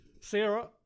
Sarah